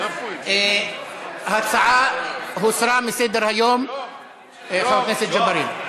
ההצעה הוסרה מסדר-היום, חבר הכנסת ג'בארין.